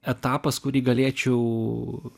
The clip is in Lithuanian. etapas kurį galėčiau